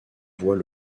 voit